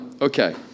Okay